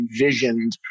envisioned